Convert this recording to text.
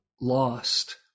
lost